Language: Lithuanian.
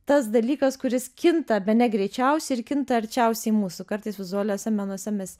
tas dalykas kuris kinta bene greičiausiai ir kinta arčiausiai mūsų kartais vizualiuose menuose mes